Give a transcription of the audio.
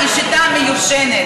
השיטה היא שיטה מיושנת.